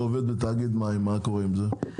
עובד בתאגיד מים, מה קורה עם זה?